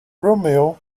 romeo